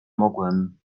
mogłem